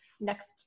next